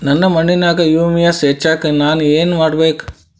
ನನ್ನ ಮಣ್ಣಿನ್ಯಾಗ್ ಹುಮ್ಯೂಸ್ ಹೆಚ್ಚಾಕ್ ನಾನ್ ಏನು ಮಾಡ್ಬೇಕ್?